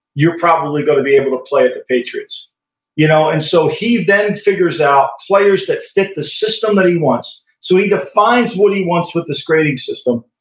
you're probably going to be able to play with the patriots you know and so, he then figures out players that fit the system that he wants. so, he defines what he wants with this grading system,